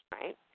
Right